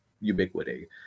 ubiquity